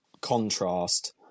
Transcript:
contrast